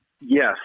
Yes